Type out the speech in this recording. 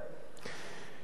לא פחות מזה,